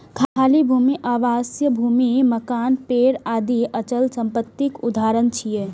खाली भूमि, आवासीय भूमि, मकान, पेड़ आदि अचल संपत्तिक उदाहरण छियै